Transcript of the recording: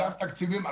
תקציבים.